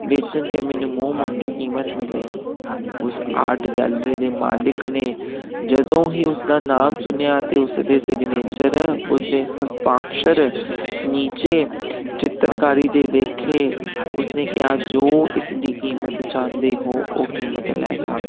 ਵੇਚਣ ਅਤੇ ਮੈਨੂੰ ਮੂੰਹ ਮੰਗੀ ਕੀਮਤ ਮਿਲੇਗੀ ਉਸ ਆਰਟ ਗੈਲਰੀ ਦੇ ਮਾਲਿਕ ਨੇ ਜਦੋਂ ਹੀ ਉਸਦਾ ਨਾਮ ਸੁਣਿਆ ਅਤੇ ਉਸ ਦੇ ਸਿਗਨੇਚਰ ਉਸਦੇ ਹਸਤਾਖਸ਼ਰ ਨੀਚੇ ਚਿੱਤਰਕਾਰੀ 'ਤੇ ਵੇਖੇ ਉਸਨੇ ਕਿਹਾ ਜੋ ਇਸ ਦੀ ਕੀਮਤ ਚਾਹੁੰਦੇ ਹੋ ਉਹ ਕੀਮਤ ਲੈ ਜਾਵੋ